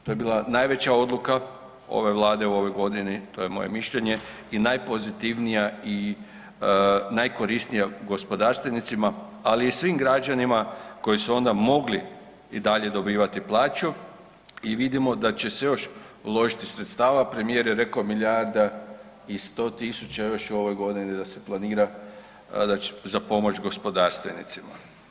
To je bila najveća odluka ove Vlade u ovoj godini to je moje mišljenje i najpozitivnija i najkorisnija gospodarstvenicima, ali i svim građanima koji su onda mogli i dalje dobivati plaću i vidimo da će se još uložiti sredstava, premijer je rekao milijarda i 100 tisuća još u ovoj godini da se planira za pomoć gospodarstvenicima.